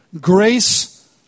grace